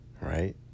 right